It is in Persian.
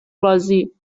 بازی